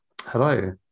Hello